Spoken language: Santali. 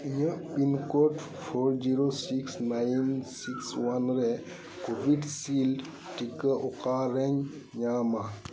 ᱤᱧᱟᱹᱜ pin code four zero six nine six one ᱨᱮ ᱠᱳᱵᱷᱤᱥᱤᱞᱰ ᱴᱤᱠᱟᱹ ᱚᱠᱟᱨᱮᱧ ᱧᱟᱢᱟ